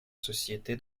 société